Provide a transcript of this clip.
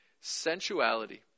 sensuality